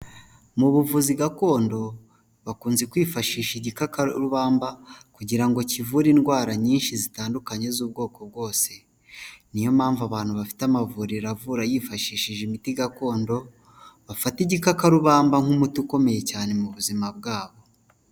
Mu buvuzi gakondo bakunze kwifashisha igikakarubamba kugira ngo kivure indwara nyinshi zitandukanye z'ubwoko bwose, niyo mpamvu abantu bafite amavuriro avura yifashishije imiti gakondo bafata igikakarubamba nk'umuti ukomeye cyane mu buzima bwabo.